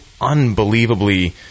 unbelievably